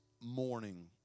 morning